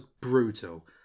brutal